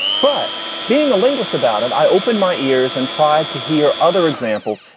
but being a linguist about it, i opened my ears and tried to hear other examples.